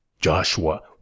Joshua